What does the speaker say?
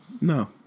No